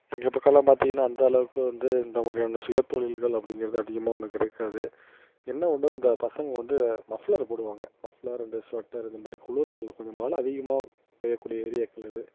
எங்கள் பக்கலாம் பார்த்திங்ன்னா அந்தளவுக்கு வந்து இந்த மாதிரியான சுய தொழில்கள் அப்படிங்கிறது அதிகமாக ஒன்று கிடைக்காது என்ன ஒன்று இந்த பசங்க வந்து மப்ளர் போடுவாங்க மப்ளர் அண்டு ஸ்வெட்டர் இந்தமாதிரி குளிர்னால கொஞ்சம் மழை அதிகமாக பெய்யக்கூடிய ஏரியாக்கள் இது